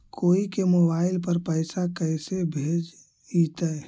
कोई के मोबाईल पर पैसा कैसे भेजइतै?